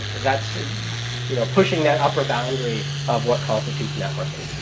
that's you know pushing that upper boundary of what constitutes networking.